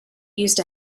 used